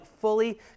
fully